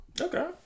Okay